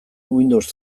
windows